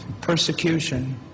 Persecution